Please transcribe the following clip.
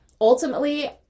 ultimately